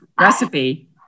recipe